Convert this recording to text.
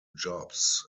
jobs